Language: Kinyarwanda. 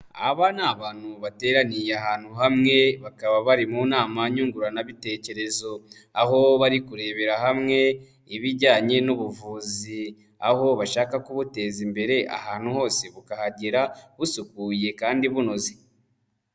Aba ni abantu bateraniye ahantu hamwe bakaba bari mu nama nyunguranabitekerezo, aho bari kurebera hamwe ibijyanye n'ubuvuzi, aho bashaka kubuteza imbere ahantu hose bukahagera busukuye kandi bunoze.